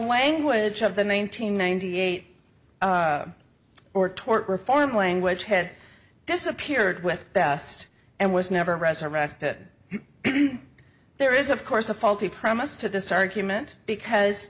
language of the nine hundred ninety eight or tort reform language had disappeared with the best and was never resurrected there is of course a faulty premise to this argument because